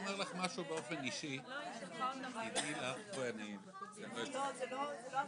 ניתנים בשירותים,